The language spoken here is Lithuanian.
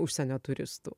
užsienio turistų